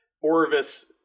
orvis